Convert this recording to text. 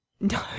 No